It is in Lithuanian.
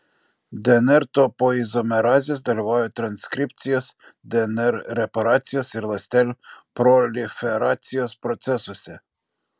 dnr topoizomerazės dalyvauja transkripcijos dnr reparacijos ir ląstelių proliferacijos procesuose